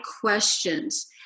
questions